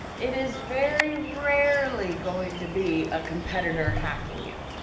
it is very rarely going to be a competitor hacking you.